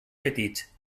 petits